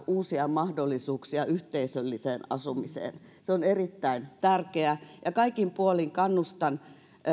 uusia mahdollisuuksia yhteisölliseen asumiseen se on erittäin tärkeää ja kaikin puolin kannustan